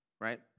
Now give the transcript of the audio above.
right